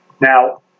Now